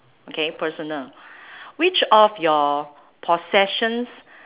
okay personal which of your possessions